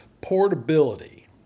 portability